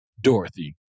Dorothy